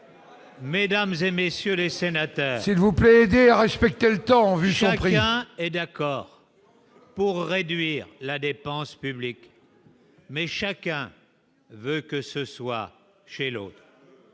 Mesdames et messieurs les sénateurs. S'il vous plaît à respecter le temps envie. Croyant est d'accord pour réduire la dépense publique mais chacun veut que ce soit chez l'autre,